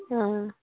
ওহ